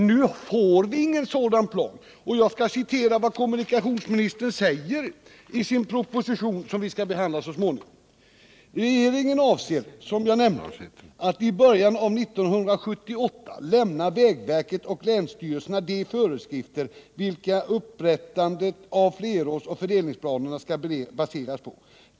Nu får vi ingen sådan plan och jag citerar vad kommunikationsministern säger i sin proposition som vi skall behandla så småningom: ”Regeringen avser att i början av 1978 lämna vägverket och länsstyrelserna de föreskrifter, vilka upprättandet av fördelningsplanerna skall baseras på.